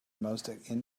most